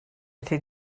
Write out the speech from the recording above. felly